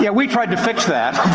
yeah we tried to fix that.